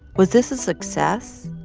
was this a success?